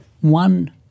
one